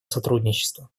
сотрудничества